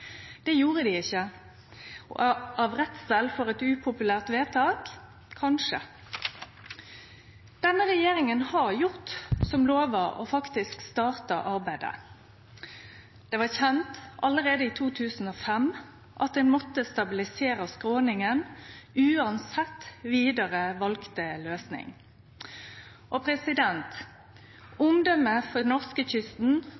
Det gjorde dei ikkje – av redsel for eit upopulært vedtak? Kanskje. Denne regjeringa har gjort som lova og faktisk starta arbeidet. Det var kjent allereie i 2005 at ein måtte stabilisere skråninga, uansett vidare valde løysing.